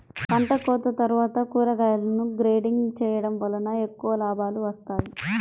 పంటకోత తర్వాత కూరగాయలను గ్రేడింగ్ చేయడం వలన ఎక్కువ లాభాలు వస్తాయి